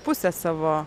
pusę savo